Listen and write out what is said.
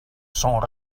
sont